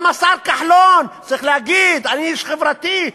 גם השר כחלון צריך להגיד: אני איש חברתי,